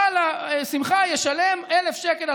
בעל השמחה ישלם 1,000 שקלים,